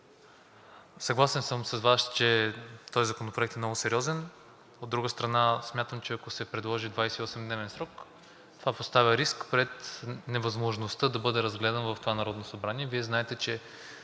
съгласен съм с Вас, че този законопроект е много сериозен. От друга страна, смятам, че ако се предложи 28-дневен срок, това поставя в риск пред невъзможността да бъде разгледан в това Народно събрание. Вие знаете, че